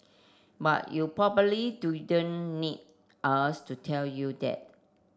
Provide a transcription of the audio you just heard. but you probably don't need us to tell you that